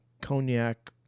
cognac